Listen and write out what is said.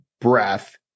breath